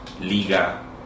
Liga